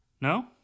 No